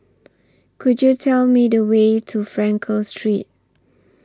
Could YOU Tell Me The Way to Frankel Street